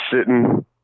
sitting